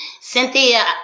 Cynthia